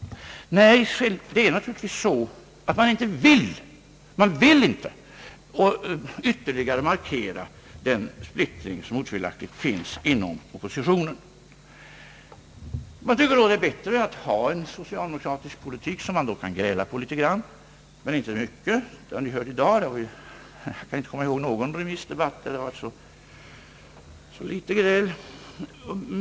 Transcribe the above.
Nej, det är naturligtvis så, att man inte vill! Dessutom vill man inte ytterligare markera den splittring som otvivelaktigt finns inom oppositionen. Man tycker då att det är bättre att ha en socialdemokratisk politik, som man kan gräla på litet grand, men inte mycket! Det har vi hört i dag — även om jag inte kan komma ihåg någon remissdebatt där det varit så litet gräl.